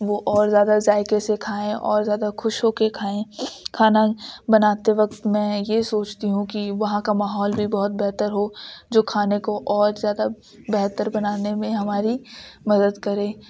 وہ اور زیادہ ذائقے سے کھائیں اور زیادہ خوش ہو کے کھائیں کھانا بناتے وقت میں یہ سوچتی ہوں کہ وہاں کا ماحول بہت ہی بہتر ہو جو کھانے کو اور زیادہ بہتر بنانے میں ہماری مدد کرے